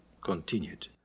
Continued